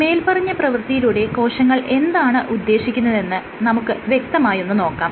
മേല്പറഞ്ഞ പ്രവർത്തിയിലൂടെ കോശങ്ങൾ എന്താണ് ഉദ്ദേശിക്കുന്നതെന്ന് നമുക്ക് വ്യക്തമായി ഒന്ന് നോക്കാം